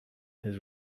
his